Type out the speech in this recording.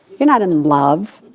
you're not in love.